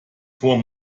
vor